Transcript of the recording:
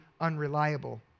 unreliable